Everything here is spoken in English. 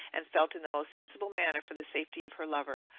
and felt in the most sensible manner for the safety of her lover,